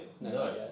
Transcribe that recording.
No